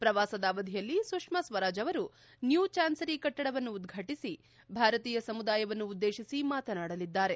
ಪ್ರವಾಸದ ಅವಧಿಯಲ್ಲಿ ಸುಷ್ನಾ ಸ್ವರಾಜ್ ಅವರು ನ್ನೂ ಚಾನ್ಸರಿ ಕಟ್ಟಡವನ್ನು ಉದ್ವಾಟಿಸಿ ಭಾರತೀಯ ಸಮುದಾಯವನ್ನು ಉದ್ದೇತಿಸಿ ಮಾತನಾಡಲಿದ್ದಾರೆ